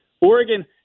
Oregon